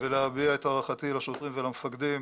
ולהביע את הערכתי לשוטרים ולמפקדים